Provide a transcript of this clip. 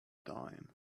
dime